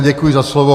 Děkuji za slovo.